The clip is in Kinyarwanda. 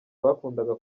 bakundaga